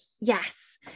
Yes